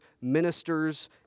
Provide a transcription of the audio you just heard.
ministers